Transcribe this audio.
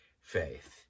faith